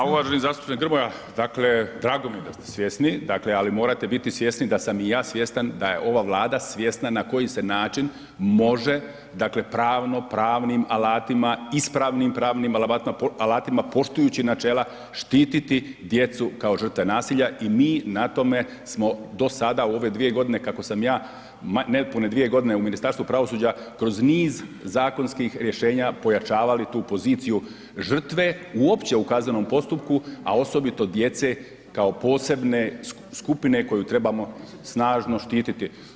Pa uvaženi zastupniče Grmoja, dakle drago mi je da ste svjesni, ali morate biti svjesni da sam i ja svjestan da je ova Vlada svjesna na koji se način može, dakle pravno, pravnim alatima, ispravnim pravnim alatima poštujući načela štititi djecu kao žrtve nasilja i mi na tome smo do sada u ove dvije godine kako sam ja, nepune dvije godine u Ministarstvu pravosuđa kroz niz zakonskih rješenja pojačavali tu poziciju žrtve uopće u kaznenom postupku, a osobito djece kao posebne skupine koju trebamo snažno štititi.